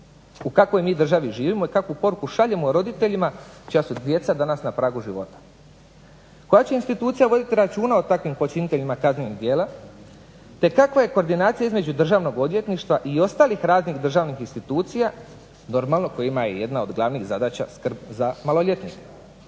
U kakvoj mi državi živimo i kakvu poruku šaljemo roditeljima čija su djeca danas na pragu života? Koja će institucija voditi računa o takvim počiniteljima kaznenih djela, te kakva je koordinacija između Državno odvjetništva i ostalih raznih državnih institucija, normalno kojima je jedna od glavnih zadaća skrb za maloljetnike?